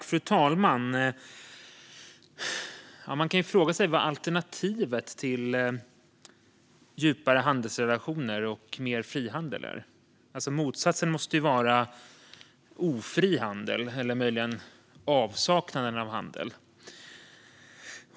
Fru talman! Man kan fråga sig vad alternativet till djupare handelsrelationer och mer frihandel är. Motsatsen måste vara ofri handel eller möjligen avsaknaden av handel.